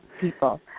people